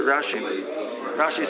Rashi